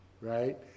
right